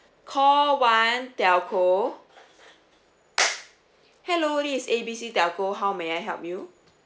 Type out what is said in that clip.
call one telco hello is A B C telco how may I help you